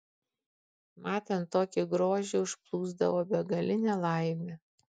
matant tokį grožį užplūsdavo begalinė laimė